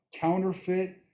counterfeit